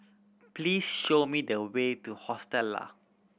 please show me the way to Hostel Lah